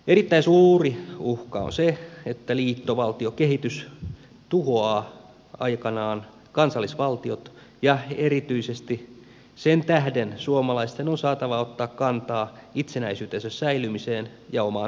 erittäin suuri uhka on se että liittovaltiokehitys tuhoaa aikanaan kansallisvaltiot ja erityisesti sen tähden suomalaisten on saatava ottaa kantaa itsenäisyytensä säilymiseen ja omaan tulevaisuuteensa